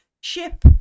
ship